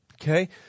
Okay